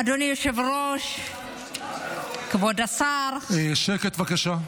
אדוני היושב-ראש, כבוד השר -- שקט, בבקשה.